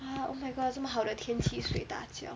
!huh! oh my god 这么好的天气睡大觉